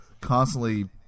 constantly